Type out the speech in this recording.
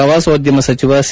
ಪ್ರವಾಸೋದ್ಧಮ ಸಚಿವ ಸಿ